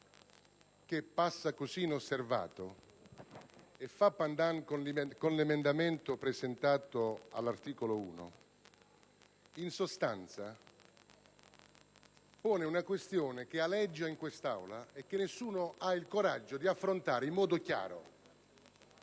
che passa così inosservato e fa *pendant* con l'emendamento presentato all'articolo 1, pone una questione che aleggia in quest'Aula e che nessuno ha il coraggio di affrontare in modo chiaro.